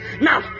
Now